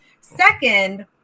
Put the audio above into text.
second